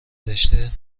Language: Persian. رشتهء